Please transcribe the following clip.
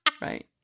Right